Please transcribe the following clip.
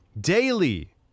daily